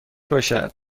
باشد